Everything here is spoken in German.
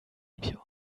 wir